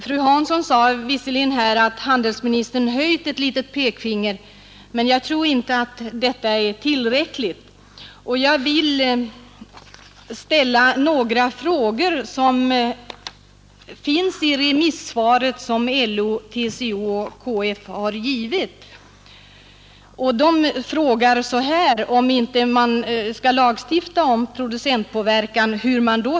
Fru Hansson sade visserligen här att handelsministern höjt ett litet pekfinger, men jag tror inte det är tillräckligt, och jag vill erinra om några frågor som finns i remissvaret som LO, TCO och KF har avgett. De frågar hur man skall klara saken, om man inte skall lagstifta om producentpåverkan.